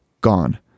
gone